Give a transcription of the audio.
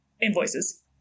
invoices